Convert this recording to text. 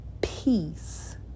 peace